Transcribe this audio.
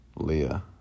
Leah